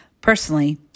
Personally